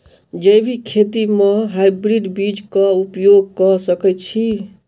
जैविक खेती म हायब्रिडस बीज कऽ उपयोग कऽ सकैय छी?